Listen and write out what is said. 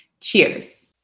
cheers